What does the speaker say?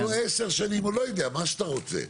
או עשר שנים או לא יודע, מה שאתה רוצה,